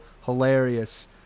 hilarious